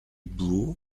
blue